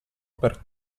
per